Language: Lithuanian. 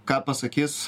ką pasakys